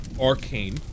arcane